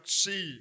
see